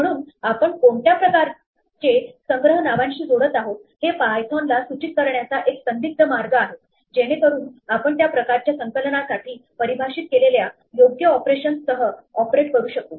म्हणून आपण कोणत्या प्रकारचे संग्रह नावांशी जोडत आहोत हे पायथोन ला सूचित करण्याचा एक संदिग्ध मार्ग आहे जेणेकरून आपण त्या प्रकारच्या संकलनासाठी परिभाषित केलेल्या योग्य ऑपरेशन्स सह ऑपरेट करू शकू